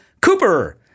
Cooper